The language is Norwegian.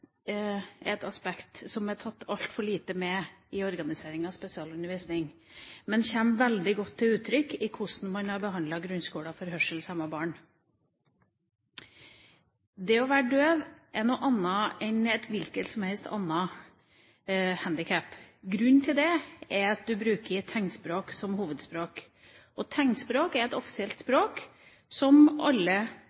et aspekt som det er tatt altfor lite hensyn til i organiseringa av spesialundervisning, men som kommer veldig godt til uttrykk gjennom hvordan man har behandlet grunnskoler for hørselshemmede barn. Det å være døv er noe annet enn å ha et annet handikap. Grunnen til det er at man bruker tegnspråk som hovedspråk. Tegnspråk er et offisielt